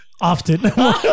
Often